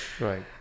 Right